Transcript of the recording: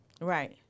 Right